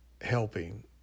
helping